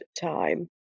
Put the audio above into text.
time